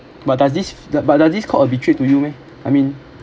but does this but does this call a betray to you meh I mean